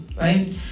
right